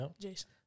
Jason